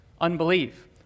unbelief